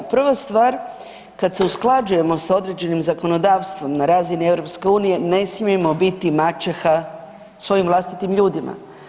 Prva stvar kada se usklađujemo sa određenim zakonodavstvom na razini EU ne smijemo biti maćeha svojim vlastitim ljudima.